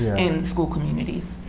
in school communities.